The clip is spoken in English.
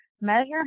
Measure